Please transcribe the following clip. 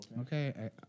Okay